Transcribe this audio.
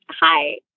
hi